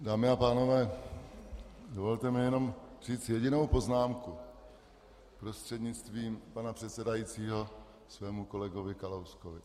Dámy a pánové, dovolte mi jenom říct jedinou poznámku prostřednictvím pana předsedajícího svému kolegovi Kalouskovi.